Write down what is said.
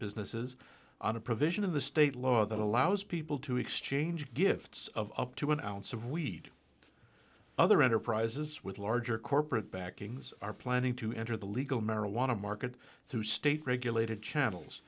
businesses on a provision of the state law that allows people to exchange gifts of up to one ounce of wheat or other enterprises with larger corporate backing are planning to enter the legal marijuana market through state regulated channels